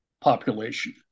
population